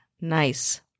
nice